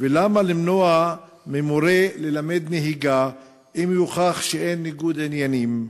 3. למה למנוע ממורה ללמד נהיגה אם יוכח שאין ניגוד עניינים,